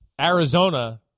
Arizona